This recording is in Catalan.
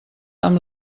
amb